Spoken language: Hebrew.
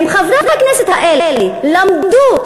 אילו חברי הכנסת האלה למדו,